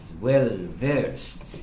well-versed